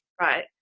right